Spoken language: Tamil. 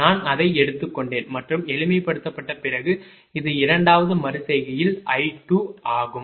நான் அதை எடுத்துக்கொண்டேன் மற்றும் எளிமைப்படுத்தப்பட்ட பிறகு இது இரண்டாவது மறு செய்கையில் i2 ஆகும்